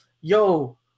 yo